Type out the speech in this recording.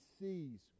sees